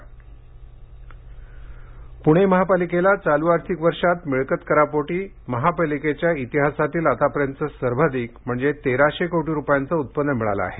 पणे मिळकत कर पुणे महापालिकेला चालू आर्थिक वर्षात मिळकतकरापोटी महापालिकेच्या इतिहासातील आतापर्यंतचे सर्वाधिक म्हणजे तेराशे कोटी रुपयांचे उत्पन्न मिळालं आहे